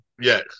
Yes